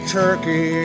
turkey